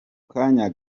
kanya